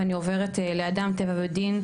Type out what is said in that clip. ואני עוברת לאדם טבע ודין,